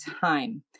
time